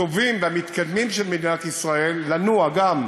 הטובים והמתקדמים של מדינת ישראל לנוע גם